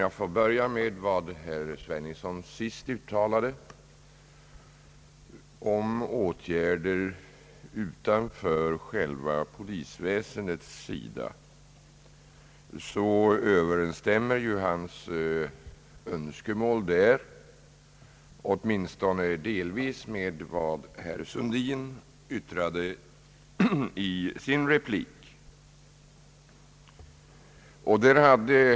För att börja med vad herr Sveningsson uttalade om åtgärder utanför själva polisväsendet vill jag säga, att hans önskemål därvidlag åtminstone delvis överensstämmer med synpunkter som framfördes av herr Sundin.